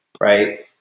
right